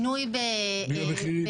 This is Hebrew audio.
המחירים.